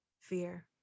fear